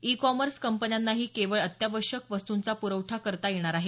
E commerce कंपन्यांनाही केवळ अत्यावश्यक वस्तूंचा पुरवठा करता येणार आहे